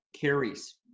carries